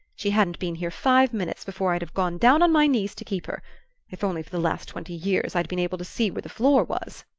she hadn't been here five minutes before i'd have gone down on my knees to keep her if only, for the last twenty years, i'd been able to see where the floor was!